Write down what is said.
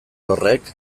horrek